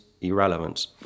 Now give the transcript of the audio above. irrelevant